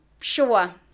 sure